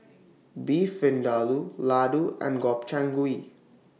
Beef Vindaloo Ladoo and Gobchang Gui